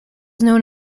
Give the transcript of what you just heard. known